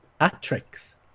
at-tricks